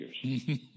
years